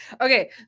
okay